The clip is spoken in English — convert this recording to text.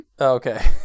Okay